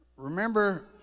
Remember